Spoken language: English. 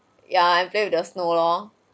yeah I play with the snow lor